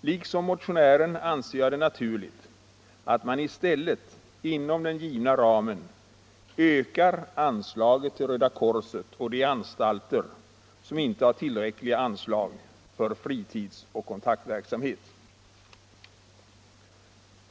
Liksom motionären anser jag det naturligt att man i stället inom den givna ramen ökar anslaget till Röda korset och de anstalter som inte har tillräckliga anslag för fritidsoch kontaktverksamhet.